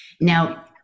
Now